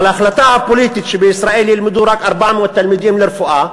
אבל ההחלטה הפוליטית שבישראל ילמדו רק 400 תלמידים לרפואה,